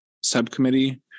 subcommittee